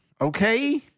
okay